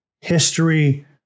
history